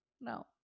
no